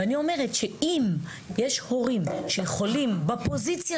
ואני אומרת שאם יש הורים שיכולים בפוזיציה